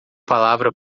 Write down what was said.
palavra